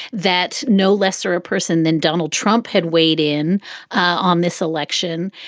that no lesser person than donald trump had weighed in on this election.